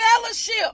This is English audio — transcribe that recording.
fellowship